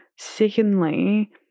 secondly